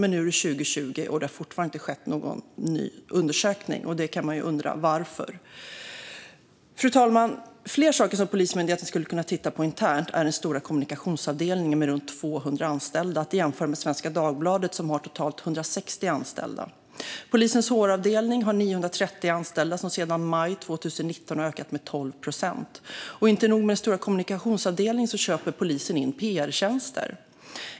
Nu är det 2020, och det har fortfarande inte skett någon ny undersökning. Varför, kan man undra. Fru talman! Fler saker som Polismyndigheten skulle kunna titta på internt är den stora kommunikationsavdelningen med runt 200 anställda. Det kan jämföras med Svenska Dagbladet, som har totalt 160 anställda. Polisens HR-avdelning har 930 anställda. Sedan maj 2019 har antalet ökat med 12 procent. Som om det inte vore nog med den stora kommunikationsavdelningen köper polisen också in pr-tjänster.